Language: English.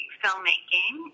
filmmaking